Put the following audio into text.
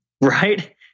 Right